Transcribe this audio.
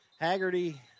Haggerty